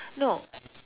no